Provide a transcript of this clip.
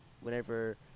whenever